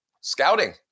Scouting